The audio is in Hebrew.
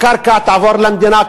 הקרקע תעבור למדינה,